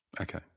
Okay